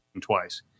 twice